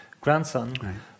grandson